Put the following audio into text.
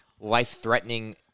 life-threatening